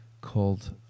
called